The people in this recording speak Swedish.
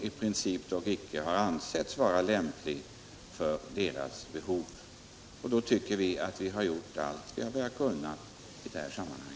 I princip har fartygen inte ansetts lämpliga för deras behov. Vi tycker att vi har gjort allt som vi har kunnat göra i detta sammanhang.